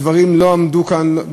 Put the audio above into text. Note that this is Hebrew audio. הדברים לא עמדו כאן,